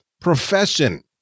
profession